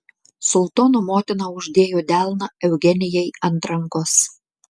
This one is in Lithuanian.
sultono motina uždėjo delną eugenijai ant rankos